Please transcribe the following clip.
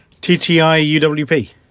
T-T-I-U-W-P